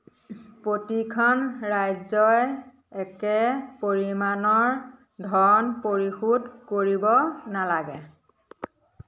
প্ৰতিখন ৰাজ্যই একে পৰিমাণৰ ধন পৰিশোধ কৰিব নালাগে